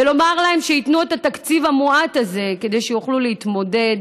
ולומר להם שייתנו את התקציב המועט הזה כדי שיוכלו להתמודד